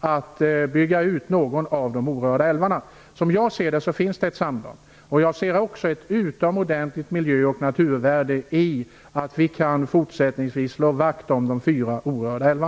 att någon av de orörda älvarna byggs ut? Som jag ser det finns det ett samband. Jag ser också ett utomordentligt miljö och naturvärde i att vi fortsättningsvis kan slå vakt om de fyra orörda älvarna.